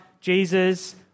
Jesus